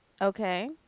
Okay